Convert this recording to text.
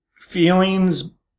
Feelings